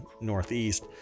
Northeast